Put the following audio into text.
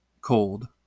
cold